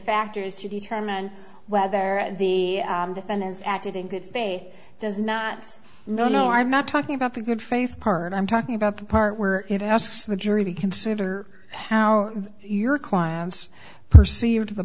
factors to determine whether the defendants acted in good faith does not no no i'm not talking about the good faith part i'm talking about the part where it asks the jury to consider how your clients perceive